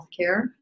healthcare